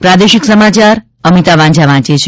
પ્રાદેશિક સમાચાર અમિતા વાંઝા વાંચે છે